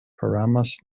paramus